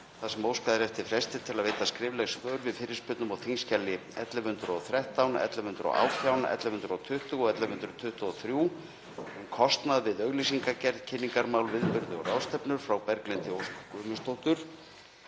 þar sem óskað er eftir fresti til þess að veita skrifleg svör við fyrirspurnum á þskj. 1113, 1118, 1120 og 1123, um kostnað við auglýsingagerð, kynningarmál, viðburði og ráðstefnur, frá Berglindi Ósk Guðmundsdóttur.